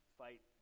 fight